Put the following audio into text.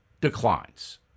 declines